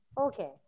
Okay